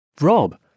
Rob